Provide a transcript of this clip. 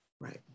right